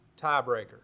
tiebreaker